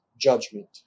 judgment